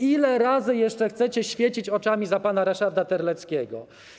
Ile razy jeszcze chcecie świecić oczami za pana Ryszarda Terleckiego?